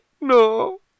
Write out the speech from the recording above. No